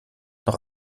noch